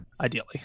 ideally